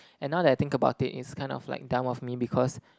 and now that I think about it it's kind of like dumb of me because